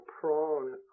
prone